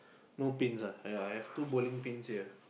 no pins ah ya I have two bowling pins here